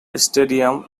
stadium